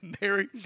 Mary